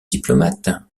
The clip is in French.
diplomate